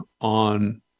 on